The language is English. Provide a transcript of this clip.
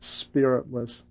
spiritless